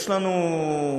יש לנו שרים,